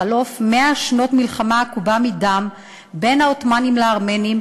בחלוף 100 שנות מלחמה עקובה מדם בין העות'מאנים לארמנים,